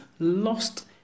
lost